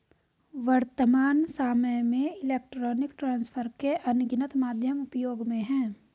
वर्त्तमान सामय में इलेक्ट्रॉनिक ट्रांसफर के अनगिनत माध्यम उपयोग में हैं